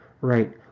Right